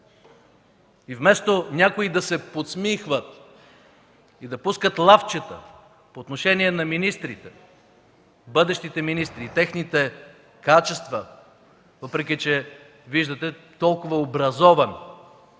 Вместо някои да се подсмихват и да пускат лафчета по отношение на министрите – бъдещите министри и техните качества, въпреки че виждате толкова образован